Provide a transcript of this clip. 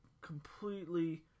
completely